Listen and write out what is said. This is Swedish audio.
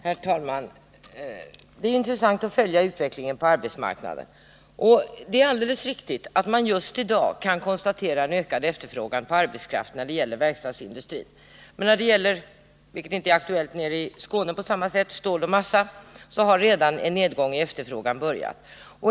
Herr talman! Det är intressant att följa utvecklingen på arbetsmarknaden. Det är alldeles riktigt att man just i dag kan konstatera en ökad efterfrågan på arbetskraft när det gäller verkstadsindustrin, men när det gäller stål och massa — vilket inte är aktuellt i Skåne på samma sätt — har redan en nedgång i efterfrågan börjat.